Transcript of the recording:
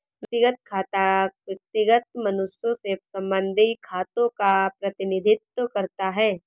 व्यक्तिगत खाता व्यक्तिगत मनुष्यों से संबंधित खातों का प्रतिनिधित्व करता है